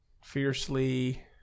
fiercely